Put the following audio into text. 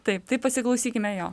taip tai pasiklausykime jo